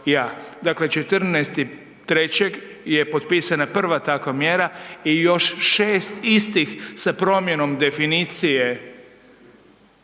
Dakle, 14.3. je potpisana prva takva mjera i još 6 istih sa promjenom definicije